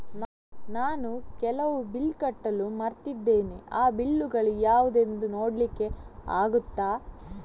ನಾನು ಕೆಲವು ಬಿಲ್ ಕಟ್ಟಲು ಮರ್ತಿದ್ದೇನೆ, ಆ ಬಿಲ್ಲುಗಳು ಯಾವುದೆಂದು ನೋಡ್ಲಿಕ್ಕೆ ಆಗುತ್ತಾ?